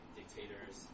dictators